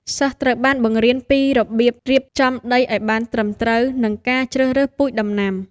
សិស្សត្រូវបានបង្រៀនពីរបៀបរៀបចំដីឱ្យបានត្រឹមត្រូវនិងការជ្រើសរើសពូជដំណាំ។